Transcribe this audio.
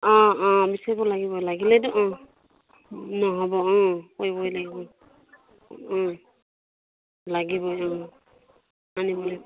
অ অ লাগিবই লাগিলেতো ও নহ'ব অ কৰিবই লাগিব ওম লাগিবই ও